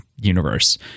universe